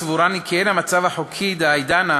סבורני כי אין המצב החוקי דהאידנא